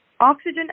Oxygen